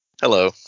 Hello